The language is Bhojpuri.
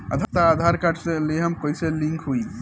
खाता आधार कार्ड से लेहम लिंक होई?